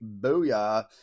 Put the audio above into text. booyah